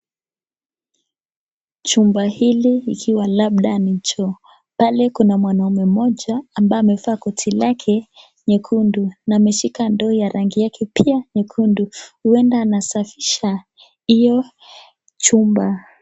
Chumba hili likiwa labda ni choo, pale kuna mwanaume mmoja ambaye amevaa koti lake nyekundu na ameshika ndoo ya rangi yake pia nyekundu, huenda anasafisha hiyo chumba.